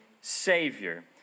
Savior